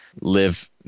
live